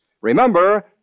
Remember